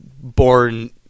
born